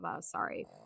sorry